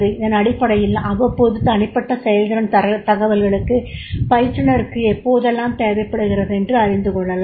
இதன் அடிப்படையில் அவ்வப்போது தனிப்பட்ட செயல்திறன் தகவல்கள் பயிற்றுனருக்கு எப்போதெல்லம் தேவைப்படுகிறதென்று அறிந்து கொள்ளலாம்